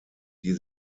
die